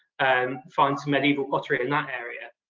and find some medieval pottery in that area.